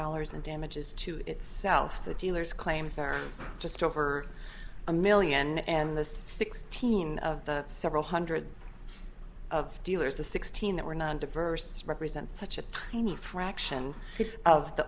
dollars in damages to itself the dealers claims are just over a million and the sixteen of the several hundred of dealers the sixteen that were not diverse represent such a tiny fraction of the